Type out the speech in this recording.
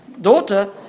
Daughter